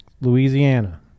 Louisiana